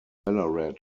ballarat